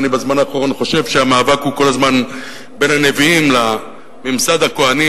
אני בזמן האחרון חושב שהמאבק הוא כל הזמן בין הנביאים לממסד הכוהני,